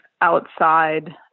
outside